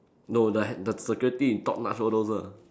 no the h~ the security is top-notch all those ah